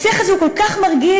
השיח הזה כל כך מרגיז,